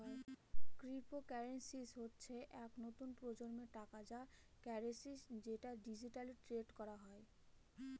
cryptocurrency হচ্ছে এক নতুন প্রজন্মের টাকা বা কারেন্সি যেটা ডিজিটালি ট্রেড করা হয়